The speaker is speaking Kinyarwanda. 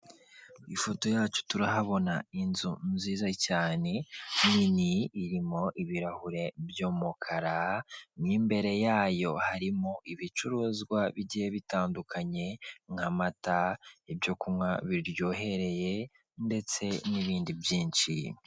Mu ifoto yacu turahabona inzu nziza cyane, nini irimo ibirahure by'umukara, mo imbere yayo harimo ibicuruzwa bigiye bitandukanye, nk'amata, ibyo kunywa biryohereye, ndetse n'ibindi byinshi.